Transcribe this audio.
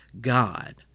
God